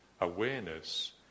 awareness